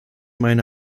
meine